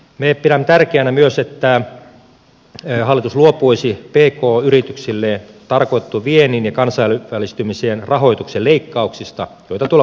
me pidämme tärkeänä myös että hallitus luopuisi pk yrityksille tarkoitetun viennin ja kansainvälistymisen rahoituksen leikkauksista joita tuolla budjetissa on